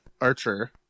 archer